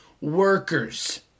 workers